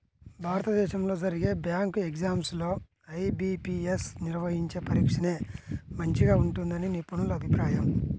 భారతదేశంలో జరిగే bank exams లో ఐ.బీ.పీ.యస్ నిర్వహించే పరీక్షనే మంచిగా ఉంటుందని నిపుణుల అభిప్రాయం